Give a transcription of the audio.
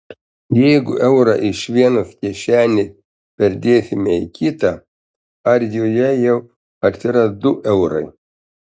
jeigu eurą iš vienos kišenės perdėsime į kitą ar joje jau atsiras du eurai